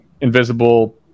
invisible